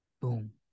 boom